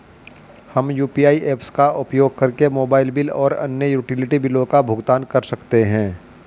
हम UPI apps का उपयोग करके मोबाइल बिल और अन्य यूटिलिटी बिलों का भुगतान कर सकते हैं